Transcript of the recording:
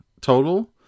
total